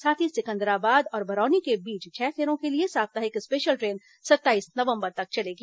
साथ ही सिकंदराबाद और बरौनी के बीच छह फेरों के लिए साप्ताहिक स्पेशल ट्रेन सत्ताईस नवंबर तक चलेगी